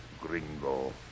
gringo